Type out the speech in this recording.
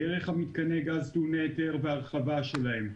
דרך מתקני הגז טעוני היתר בהרחבה שלהם,